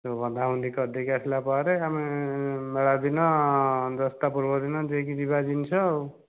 ତେଣୁ ବନ୍ଧା ବନ୍ଧି କରିଦେଇକି ଆସିଲା ପରେ ଆମେ ମେଳା ଦିନ ଦଶଟା ପୂର୍ବରୁ ଦିନ ଦେଇକି ଯିବା ଜିନିଷ ଆଉ